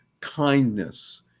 kindness